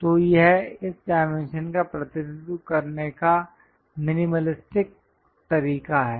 तो यह इस डायमेंशन का प्रतिनिधित्व करने का मिनिमलिस्टिक तरीका है